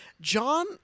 John